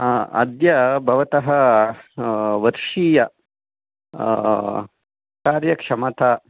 अद्य भवतः वर्षीय कार्यक्षमता